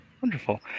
Wonderful